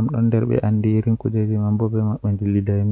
ndiyam tawa neɗɗo